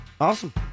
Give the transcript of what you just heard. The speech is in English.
Awesome